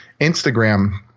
Instagram